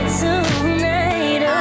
tonight